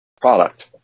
product